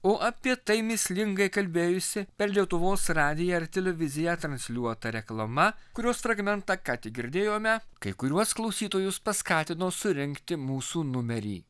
o apie tai mįslingai kalbėjusi per lietuvos radiją ar televiziją transliuota reklama kurios fragmentą ką tik girdėjome kai kuriuos klausytojus paskatino surinkti mūsų numerį